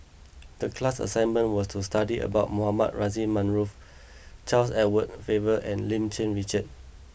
the class assignment was to study about Mohamed Rozani Maarof Charles Edward Faber and Lim Cherng Yih Richard